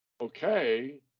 okay